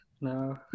No